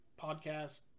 podcast